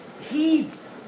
heeds